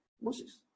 Moses